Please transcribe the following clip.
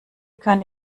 kann